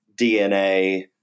DNA